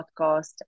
podcast